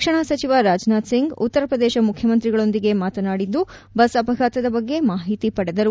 ರಕ್ಷಣಾ ಸಚಿವ ರಾಜನಾಥ್ ಸಿಂಗ್ ಉತ್ತರ ಪ್ರದೇಶ ಮುಖ್ಯಮಂತ್ರಿಗಳೊಂದಿಗೆ ಮಾತನಾಡಿದ್ದು ಬಸ್ ಅಪಘಾತದ ಬಗ್ಗೆ ಮಾಹಿತಿ ಪಡೆದರು